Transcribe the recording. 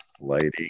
lighting